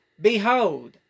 Behold